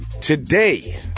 Today